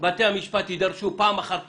יש מוסדות פנימיים של התאחדות הכדורגל שנבחרו גם על